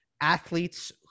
athletes